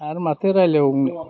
आरो माथो रायज्लायबावनो